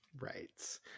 Right